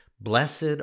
Blessed